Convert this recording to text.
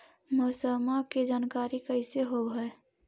मौसमा के जानकारी कैसे होब है?